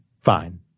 Fine